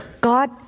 God